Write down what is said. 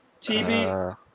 TB's